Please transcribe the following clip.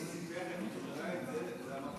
אבל מי שסיפח את ירושלים זה המפא"יניקים.